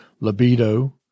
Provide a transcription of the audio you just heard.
libido